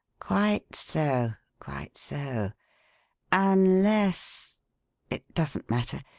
quite so, quite so unless it doesn't matter.